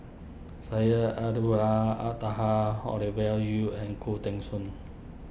Syed Taha Ovidia Yu and Khoo Teng Soon